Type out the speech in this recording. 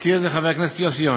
חבר הכנסת יוסי יונה,